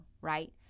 Right